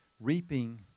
reaping